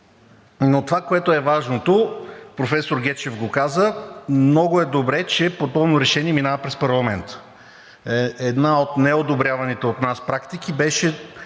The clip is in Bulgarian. Но това, което е важното, професор Гечев го каза. Много е добре, че подобно решение минава през парламента. Една от неодобряваните от нас практики беше